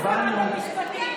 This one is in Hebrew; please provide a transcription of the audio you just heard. מי הייתה שרת המשפטים?